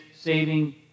saving